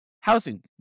housing